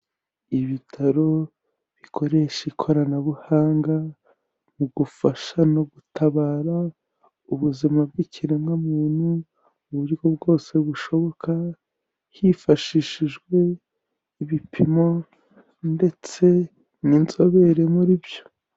Ibitaro bikoresha ikoranabuhanga mu gufasha no gutabara ubuzima bw'ikiremwamuntu mu buryo bwose bushoboka, hifashishijwe ibipimo ndetse n'inzobere muri byo.